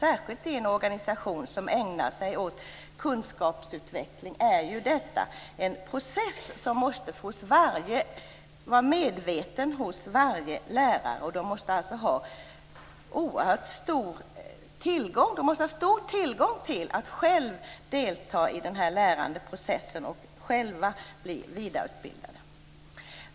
Särskilt i en organisation som ägnar sig åt kunskapsutveckling är detta en process som varje lärare måste vara medveten om. De måste alltså själva ha oerhört stor tillgång till den lärande processen och själva bli vidareutbildade.